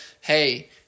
hey